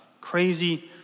Crazy